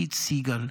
קית' סיגל,